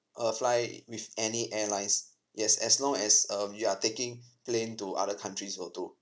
uh fly with any airlines yes as long as um you are taking plane to other countries will do